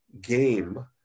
game